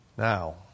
Now